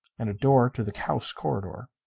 and a door to the house corridor.